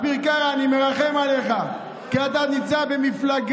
אביר קארה, אני מרחם עליך, כי אתה נמצא במפלגה